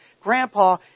Grandpa